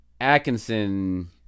atkinson